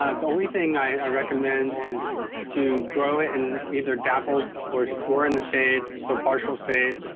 ah the only thing i recommend is to grow it and either dappled or or in the shade. so partial shade.